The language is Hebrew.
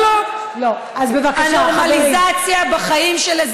זה לא נראה לי כל כך דיאלוג.